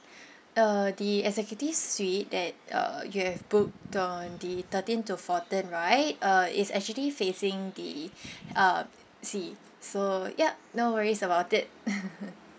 uh the executive suite that uh you have booked on the thirteen to fourteen right uh is actually facing the um sea so yup no worries about it